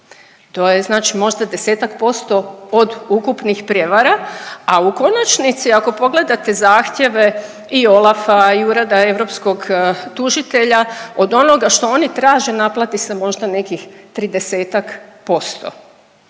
to je znači možda desetak posto od ukupnih prijevara, a u konačnici ako pogledate zahtjeve i OLAF-a i Ureda europskog tužitelja od onoga što oni traže naplati se možda nekih tridesetak posto.